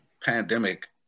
pandemic